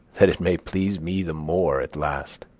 that it may please me the more at last.